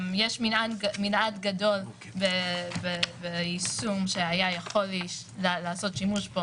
יש מנעד גדול ביישום שהיה יכול להיעשות שימוש בו